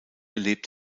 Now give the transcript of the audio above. lebt